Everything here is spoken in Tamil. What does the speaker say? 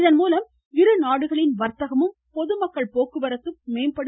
இதன்மூலம் இரு நாடுகளின் வர்த்தகமும் பொதுமக்கள் போக்குவரத்தும் மேம்படும்